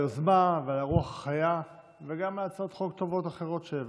היוזמה והרוח החיה וגם על הצעות חוק טובות אחרות שהעברת.